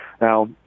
Now